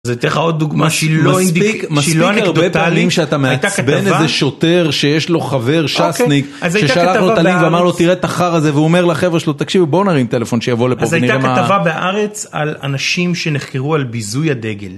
אז אני אתן לך עוד דוגמא שהיא לא אנקדוטלית. הייתה כתבה.. מספיק הרבה פעמים שאתה מעצבן איזה שוטר שיש לו חבר ש"סניק ששלח לו את הלינק ואמר לו תראה את החרא הזה והוא אומר לחבר שלו תקשיב בוא נרים טלפון שיבוא לפה. אז הייתה כתבה בהארץ על אנשים שנחקרו על ביזוי הדגל.